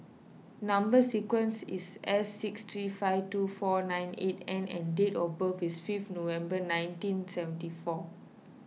Number Sequence is S six three five two four nine eight N and date of birth is five November nineteen seventy four